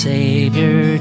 Savior